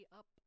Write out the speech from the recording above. up